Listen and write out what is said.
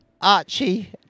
Archie